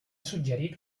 suggerit